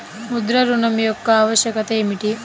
ముద్ర ఋణం యొక్క ఆవశ్యకత ఏమిటీ?